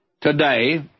today